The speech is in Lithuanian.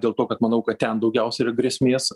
dėl to kad manau kad ten daugiausia yra grėsmės